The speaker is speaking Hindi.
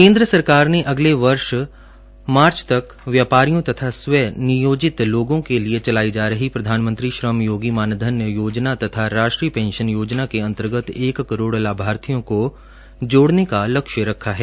केन्द्र सरकार ने अगले वर्ष मार्च तक व्यापारियों तथा स्वः नियोजित लोगों के लिए चलाई जा रही प्रधानमंत्री श्रम योगी मानधन योजना तथा राष्ट्रीय पेंशन योजना के अंतर्गत एक करोड़ लाभार्थियों को जोड़ने का लक्ष्य रखा है